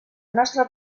nostra